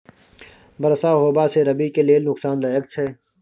बरसा होबा से रबी के लेल नुकसानदायक छैय?